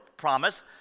promise